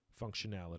functionality